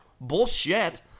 Bullshit